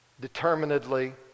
determinedly